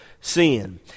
sin